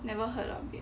never heard of it